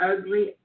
Ugly